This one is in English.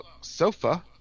sofa